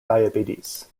diabetes